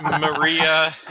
maria